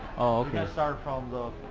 can start from the